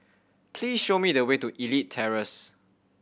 please show me the way to Elite Terrace